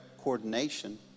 coordination